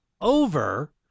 over